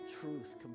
truth